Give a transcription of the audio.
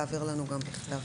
להעביר לנו גם בכתב.